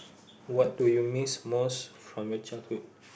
what do you miss most from your childhood